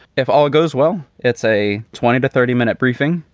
if all goes well, it's a twenty to thirty minute briefing.